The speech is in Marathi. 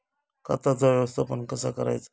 खताचा व्यवस्थापन कसा करायचा?